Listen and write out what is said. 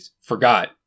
forgot